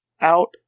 out